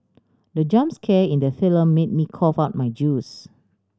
the jump scare in the film made me cough out my juice